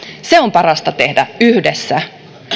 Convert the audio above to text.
se on parasta tehdä yhdessä